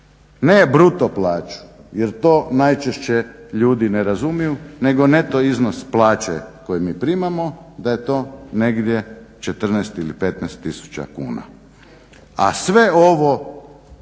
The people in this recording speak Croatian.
reći ne bruto plaću jer to najčešće ljudi ne razumiju nego neto iznos plaće koje mi primamo da je to negdje 14 ili 15 tisuća kuna, a sve ovo